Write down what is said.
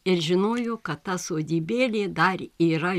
ir žinojo kad ta sodybėlė dar yra